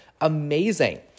amazing